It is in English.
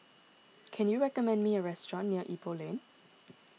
can you recommend me a restaurant near Ipoh Lane